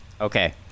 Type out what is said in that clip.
Okay